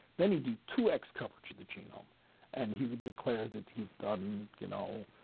then he'd do two x coverage of the genome and he would declare that he'd done, you know,